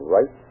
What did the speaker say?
Right